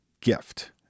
gift